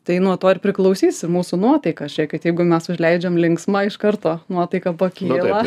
tai nuo to ir priklausys mūsų nuotaika žiūrėkit jeigu mes užleidžiam linksma iš karto nuotaika pakyla